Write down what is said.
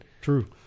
true